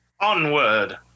Onward